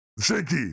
Shaky